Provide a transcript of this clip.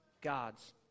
gods